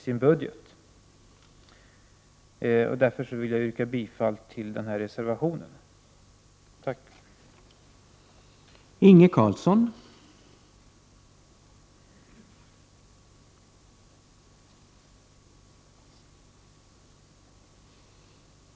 Med detta yrkar jag bifall till reservationen i betänkandet.